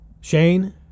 Shane